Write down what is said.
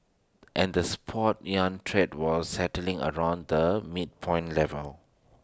and the spot yuan trade was settling around the midpoint level